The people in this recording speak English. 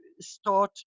start